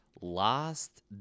Last